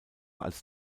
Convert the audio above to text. als